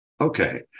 okay